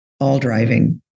all-driving